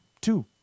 two